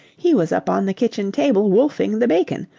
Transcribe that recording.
he was up on the kitchen table wolfing the bacon,